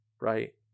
Right